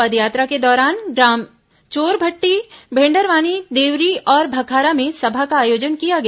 पदयात्रा के दौरान ग्राम चोरभट्टी भेंडरवानी देवरी और भखारा में सभा का आयोजन किया गया